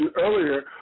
earlier